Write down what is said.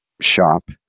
shop